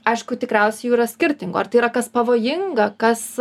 aišku tikriausiai jau yra skirtingo ar tai yra kas pavojinga kas